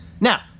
Now